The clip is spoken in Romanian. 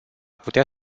putea